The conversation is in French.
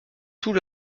tous